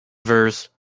verse